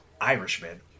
Irishman